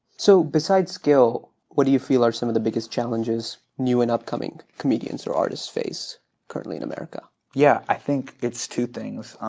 so besides skill, what do you feel are some of the biggest challenges new and upcoming comedians or artists face currently in america? hasan yeah i think it's two things.